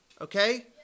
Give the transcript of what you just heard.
Okay